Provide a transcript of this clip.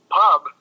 pub